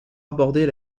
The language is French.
aborder